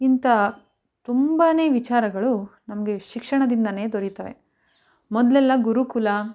ಇಂಥ ತುಂಬಾ ವಿಚಾರಗಳು ನಮಗೆ ಶಿಕ್ಷಣದಿಂದಲೇ ದೊರಿತಾವೆ ಮೊದಲೆಲ್ಲ ಗುರುಕುಲ